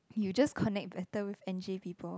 you just connect better with N_J people